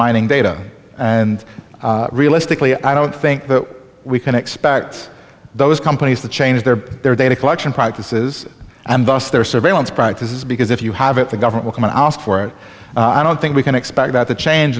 mining data and realistically i don't think that we can expect those companies to change their their data collection practices and thus their surveillance practices because if you have it the government can ask for it i don't think we can expect that to change